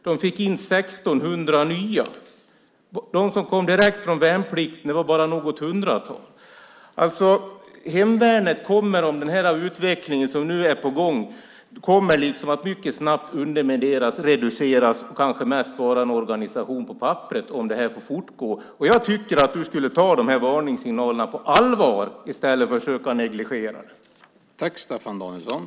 Man fick in 1 600 nya. Det var bara något hundratal som kom direkt från värnplikten. Med den utveckling som nu är på gång kommer hemvärnet mycket snabbt att undermineras och reduceras och blir kanske bara en organisation på papperet. Jag tycker att du skulle ta varningssignalerna på allvar i stället för att försöka negligera dem.